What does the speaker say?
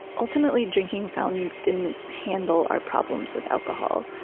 ultimately, drinking fountains didn't handle our problems with alcohol,